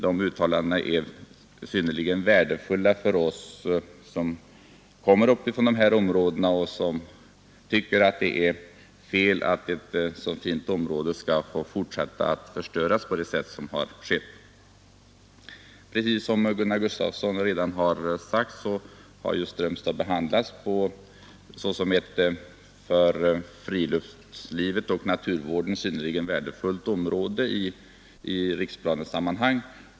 Dessa uttalanden är synnerligen värdefulla för oss som kommer från dessa områden och som tycker att det är fel att ett så fint område skall få fortsätta att förstöras på sätt som skett. Precis som Gunnar Gustafsson redan sagt har Strömstad behandlats som ett för friluftslivet och naturen synnerligen värdefullt område i riksplanesammanhang.